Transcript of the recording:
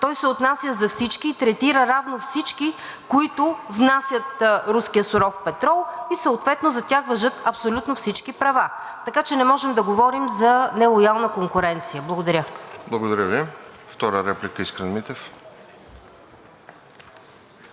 той се отнася за всички и третира равно всички, които внасят руския суров петрол, и съответно за тях важат абсолютно всички права. Така че не можем да говорим за нелоялна конкуренция. Благодаря. ПРЕДСЕДАТЕЛ РОСЕН ЖЕЛЯЗКОВ: Благодаря Ви. Втора реплика – Искрен Митев.